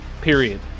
period